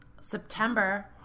September